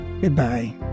goodbye